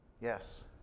Yes